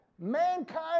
mankind